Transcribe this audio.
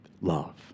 love